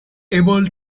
able